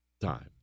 Time